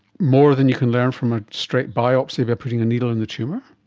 more than you can learn from a straight biopsy by putting the needle in the tumour?